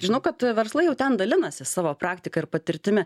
žinau kad verslai jau ten dalinasi savo praktika ir patirtimi